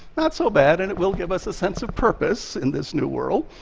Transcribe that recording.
not so bad, and it will give us a sense of purpose in this new world.